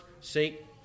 seek